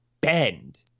bend